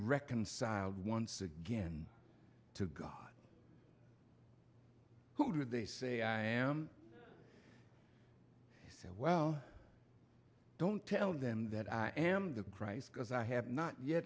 reconciled once again to god who they say i am well don't tell them that i am the christ because i have not yet